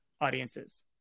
audiences